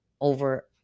over